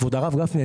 כבוד הרב גפני,